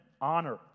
honor